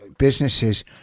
Businesses